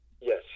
Yes